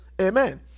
amen